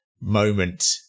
moment